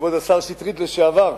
כבוד השר לשעבר שטרית,